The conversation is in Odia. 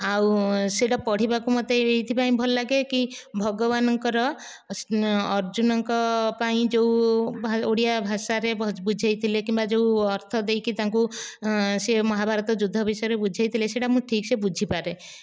ଆଉ ସେଇଟା ପଢ଼ିବାକୁ ମୋତେ ଏଇଥିପାଇଁ ଭଲଲାଗେ କି ଭଗବାନଙ୍କର ଅର୍ଜୁନଙ୍କ ପାଇଁ ଯେଉଁ ଓଡ଼ିଆ ଭାଷାରେ ବୁଝେଇଥିଲେ କିମ୍ବା ଯେଉଁ ଅର୍ଥ ଦେଇକି ତାଙ୍କୁ ସେ ମହାଭାରତ ଯୁଦ୍ଧ ବିଷୟରେ ବୁଝେଇଥିଲେ ସେଇଟା ମୁଁ ଠିକ୍ ସେ ବୁଝିପାରେ